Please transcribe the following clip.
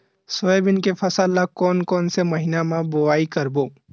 Soybean के फसल ल कोन कौन से महीना म बोआई करबो?